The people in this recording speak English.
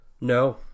No